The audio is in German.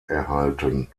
erhalten